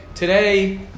Today